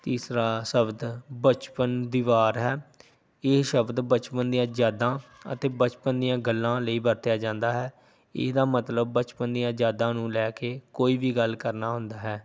ਤੀਸਰਾ ਸ਼ਬਦ ਬਚਪਨ ਦੀਵਾਰ ਹੈ ਇਹ ਸ਼ਬਦ ਬਚਪਨ ਦੀਆਂ ਯਾਦਾਂ ਅਤੇ ਬਚਪਨ ਦੀਆਂ ਗੱਲਾਂ ਲਈ ਵਰਤਿਆ ਜਾਂਦਾ ਹੈ ਇਹਦਾ ਮਤਲਬ ਬਚਪਨ ਦੀਆਂ ਯਾਦਾਂ ਨੂੰ ਲੈ ਕੇ ਕੋਈ ਵੀ ਗੱਲ ਕਰਨਾ ਹੁੰਦਾ ਹੈ